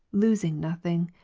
losing nothing.